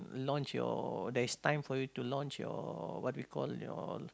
launch your there is time for you to launch your what we call your